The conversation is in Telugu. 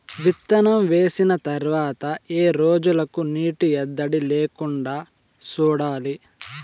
విత్తనం వేసిన తర్వాత ఏ రోజులకు నీటి ఎద్దడి లేకుండా చూడాలి?